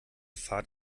fahrt